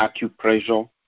acupressure